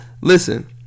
Listen